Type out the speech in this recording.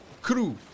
crew